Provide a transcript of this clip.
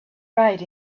right